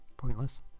Pointless